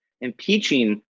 impeaching